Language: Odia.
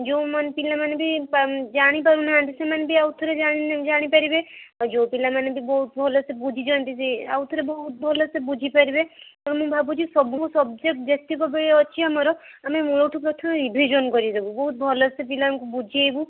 ଯୋଉମାନେ ପିଲାମାନେ ବି ଜାଣିପାରୁ ନାହାନ୍ତି ସେମାନେ ବି ଆଉଥରେ ଜାଣିପାରିବେ ଆଉ ଯୋଉ ପିଲାମାନେ ବି ବହୁତ ଭଲସେ ବୁଝିଛନ୍ତି ସେ ଆଉଥରେ ବହୁତ ଭଲସେ ବୁଝିପାରିବେ ତେଣୁ ମୁଁ ଭାବୁଛି ସବୁ ସବଜେକ୍ଟ ଯେତିକବି ଅଛି ଆମର ଆମେ ମୂଳଠୁ ପ୍ରଥମେ ରିଭିଜନ୍ କରିଦେବୁ ବହୁତ ଭଲସେ ପିଲାଙ୍କୁ ବୁଝେଇବୁ